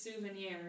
souvenir